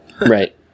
Right